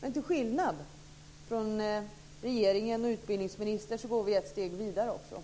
Men till skillnad från regeringen och utbildningsministern går vi ett steg till.